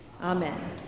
amen